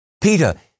Peter